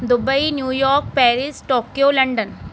Dubai New York Paris Tokyo London